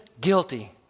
guilty